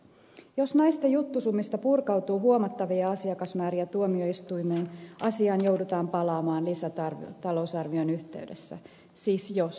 jos näistä juttusumista purkautuu huomattavia asiakasmääriä tuomioistuimeen asiaan joudutaan palaamaan lisätalousarvion yhteydessä siis jos